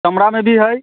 चमड़ामे भी हइ